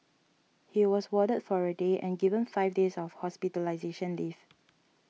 he was warded for a day and given five days of hospitalisation leave